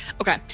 Okay